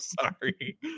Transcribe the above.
sorry